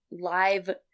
live